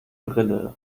brille